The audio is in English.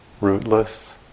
rootless